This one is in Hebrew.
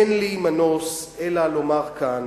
אין לי מנוס אלא לומר כאן